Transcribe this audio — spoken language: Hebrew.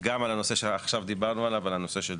גם על הנושא שעכשיו דיברנו עליו, על הנושא של